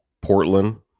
Portland